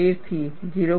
13 થી 0